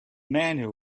man